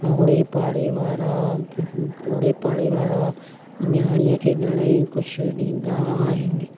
ओड़े पाड़े वारा ओड़े पाड़े वारा न्याणीअ खे घणोई कुझु ॾींदा आहिनि